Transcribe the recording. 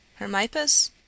Hermipus